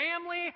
family